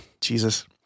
jesus